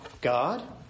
God